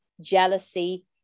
jealousy